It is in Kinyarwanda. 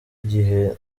igihe